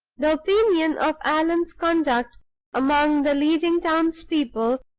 the opinion of allan's conduct among the leading townspeople,